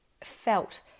felt